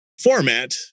format